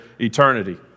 eternity